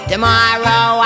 Tomorrow